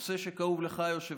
נושא שכאוב לך, היושב-ראש,